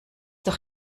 doch